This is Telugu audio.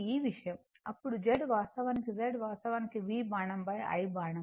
ఈ విషయం అప్పుడు Z వాస్తవానికి Z వాస్తవానికి V బాణం I బాణం